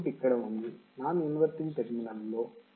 input ఇక్కడ ఉంది non inverting టెర్మినల్లో